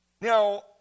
Now